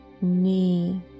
Knee